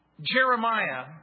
Jeremiah